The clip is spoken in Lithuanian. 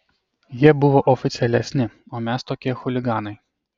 jie buvo oficialesni o mes tokie chuliganai